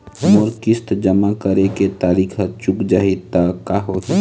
मोर किस्त जमा करे के तारीक हर चूक जाही ता का होही?